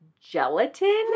gelatin